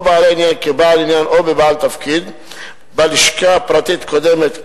או בעלי עניין בבעל עניין או בבעל תפקיד בלשכה פרטית קודמת,